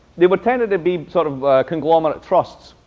they but tended to be sort of conglomerate trusts.